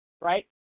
right